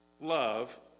Love